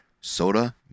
soda